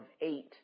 eight